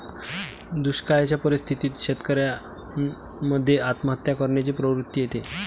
दुष्काळयाच्या परिस्थितीत शेतकऱ्यान मध्ये आत्महत्या करण्याची प्रवृत्ति येते